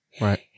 Right